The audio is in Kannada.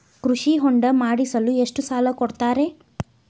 ಕೃಷಿ ಹೊಂಡ ಮಾಡಿಸಲು ಎಷ್ಟು ಸಾಲ ಕೊಡ್ತಾರೆ?